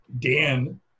Dan